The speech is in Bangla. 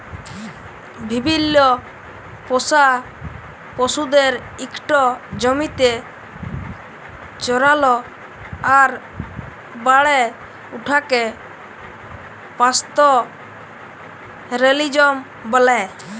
বিভিল্ল্য পোষা পশুদের ইকট জমিতে চরাল আর বাড়ে উঠাকে পাস্তরেলিজম ব্যলে